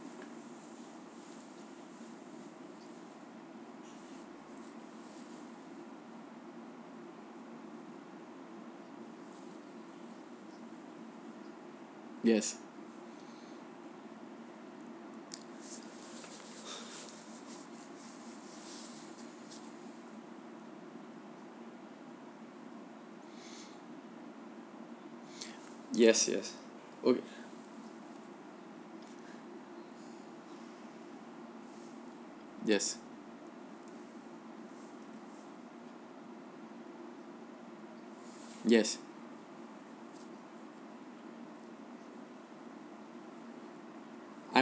yes yes yes o~ yes yes I'm